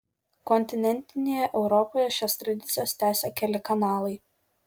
kontinentinėje europoje šias tradicijas tęsia keli kanalai